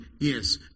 Yes